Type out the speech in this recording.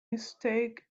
mistake